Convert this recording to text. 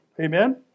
Amen